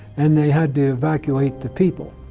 and they had to evacuate the people.